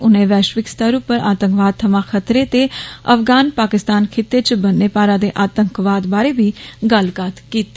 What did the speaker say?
उनें वैश्विक सतर उप्पर आतंकवाद थमां खतरे ते अफगान पाकिस्तान खित्ते च बन्ने पारा दे आतंकवाद बारै बी गल्लबात कीती